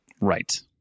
Right